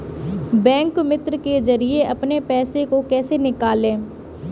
Bank मित्र के जरिए अपने पैसे को कैसे निकालें?